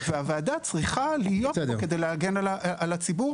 והוועדה צריכה להיות כדי להגן על הציבור.